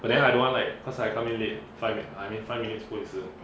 but then I don't want like cause I come in late five I mean five minutes 不会迟